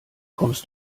kommst